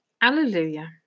Alleluia